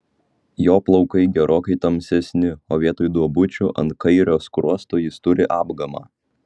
jo plaukai gerokai tamsesni o vietoj duobučių ant kairio skruosto jis turi apgamą